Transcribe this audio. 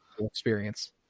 experience